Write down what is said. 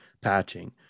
patching